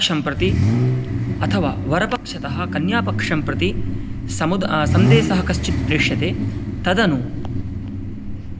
प्राप्येत अवश्यं सः तन्त्रज्ञानं लभेत इति मम मानसं अस्ति निश्चयेन अहं एतद् वक्तुं पारयामि